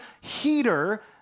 heater